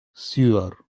sewer